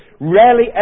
rarely